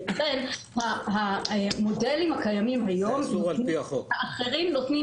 לכן המודלים הקיימים היום האחרים נותנים